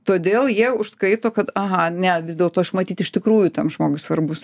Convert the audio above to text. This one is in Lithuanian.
todėl jie užskaito kad aha ne vis dėlto aš matyt iš tikrųjų tam žmogui svarbus